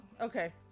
Okay